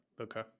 Okay